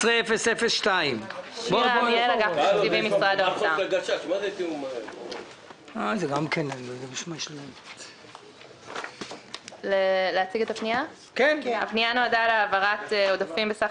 17-002. הפנייה נועדה להעברת עודפים בסך